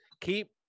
keep